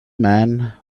man